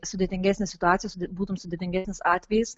sudėtingesnės situacijos būtum sudėtingesnis atvejis